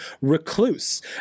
Recluse